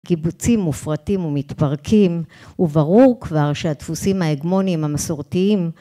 קיבוצים מופרטים ומתפרקים וברור כבר שהדפוסים ההגמוניים המסורתיים